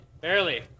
Barely